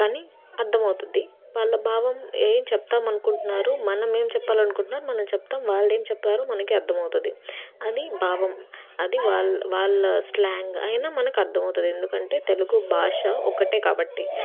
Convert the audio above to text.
కానీ అర్థమవుతుంది వాళ్ళ భావం ఏం చెప్తాం అనుకుంటున్నారు మనమేం చెప్పాలనుకుంటున్నారు మనం చెప్తాం వాళ్ళేం చెప్తారో మనకి అర్థమవుతుంది అది భావం అది వాళ్ వాళ్ళ స్లాంగ్ అయినా మనకు అర్థమవుతుంది ఎందుకంటే తెలుగు భాష ఒకటే కాబట్టి